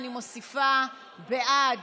בעד